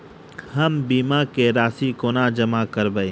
हम बीमा केँ राशि कोना जमा करबै?